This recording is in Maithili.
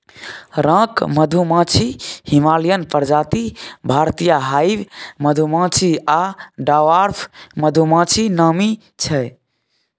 राँक मधुमाछी, हिमालयन प्रजाति, भारतीय हाइब मधुमाछी आ डवार्फ मधुमाछी नामी छै